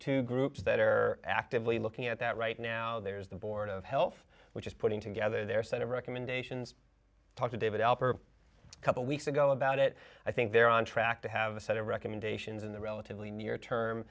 two groups that are actively looking at that right now there's the board of health which is putting together their set of recommendations talk to david alpert a couple of weeks ago about it i think they're on track to have a set of recommendations in the relatively near term